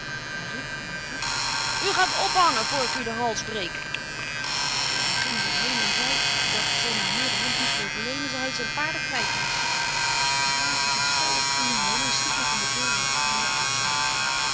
hy riep met een vloek u gaan ophangen voor ik u den hals breek de kerel ging weêr heen en zei dat zo myn heer de hand niet wilde lenen hy zyn paarden kwyt was razent en scheldent ging hy heen en stiet my van de deur weg die hy